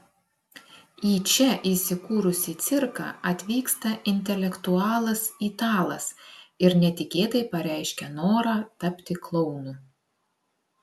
į čia įsikūrusį cirką atvyksta intelektualas italas ir netikėtai pareiškia norą tapti klounu